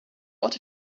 what